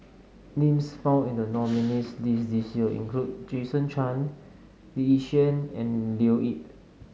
names found in the nominees' list this year include Jason Chan Lee Yi Shyan and Leo Yip